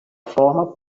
forma